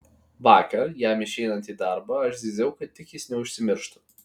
vakar jam išeinant į darbą aš zyziau kad tik jis neužsimirštų